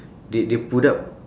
they they put up